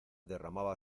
derramaba